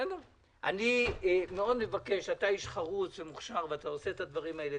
אתה איש חרוץ ומוכשר ואתה עושה את הדברים האלה.